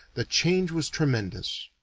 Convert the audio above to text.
the change was tremendous.